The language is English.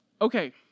Okay